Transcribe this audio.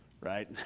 right